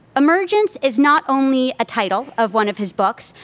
emergence is not only a title of one of his books,